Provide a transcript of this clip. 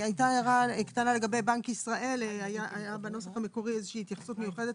והייתה הערה קטנה לגבי בנק ישראל היה בנוסח המקורי התייחסות מיוחדת